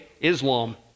Islam